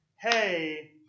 hey